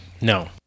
No